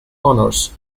honours